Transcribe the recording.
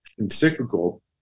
encyclical